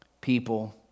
people